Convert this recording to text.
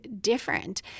different